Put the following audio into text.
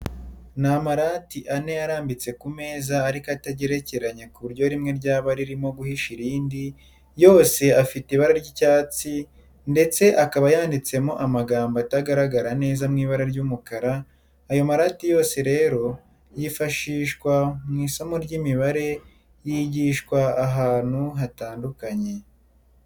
Ni amarati ane arambitse ku meza ariko atagerekeranye ku buryo rimwe ryaba ririmo guhisha irindi, yose afite ibara ry'icyatsi ndetse akaba yanditsemo amagambo atagaragara neza mu ibara ry'umukara, aya marati yose rero yifashishwa mu isomo ry'imibare yigishwa ahantu hatandukanye.